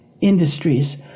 industries